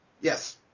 yes